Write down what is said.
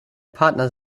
partner